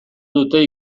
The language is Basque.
dute